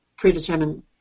predetermined